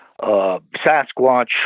sasquatch